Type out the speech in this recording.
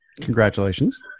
Congratulations